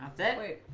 that was